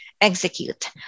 execute